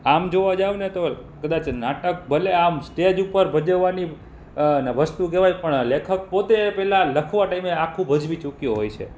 આમ જોવા જાઓ ને તો કદાચ નાટક ભલે આમ સ્ટેજ ઉપર ભજવવાની વસ્તુ કહેવાય પણ લેખક પોતે પહેલાં લખવા ટાઈમે આખું ભજવી ચૂક્યો હોય છે